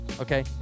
Okay